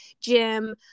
gym